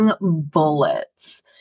bullets